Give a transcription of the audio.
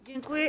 Dziękuję.